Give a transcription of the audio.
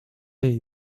jej